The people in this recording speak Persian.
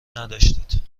نداشتید